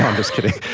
i'm just kidding.